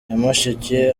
nyamasheke